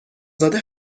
زده